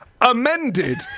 amended